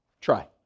Try